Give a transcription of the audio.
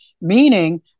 meaning